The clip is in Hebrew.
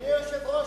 אדוני היושב-ראש,